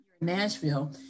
Nashville